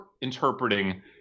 interpreting